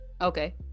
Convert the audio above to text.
Okay